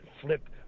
Flip